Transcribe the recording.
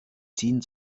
ziehen